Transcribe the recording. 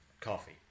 coffee